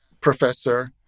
professor